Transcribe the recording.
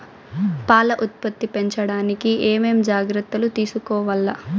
పాల ఉత్పత్తి పెంచడానికి ఏమేం జాగ్రత్తలు తీసుకోవల్ల?